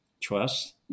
trust